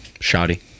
shoddy